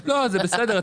לא, זה בסדר.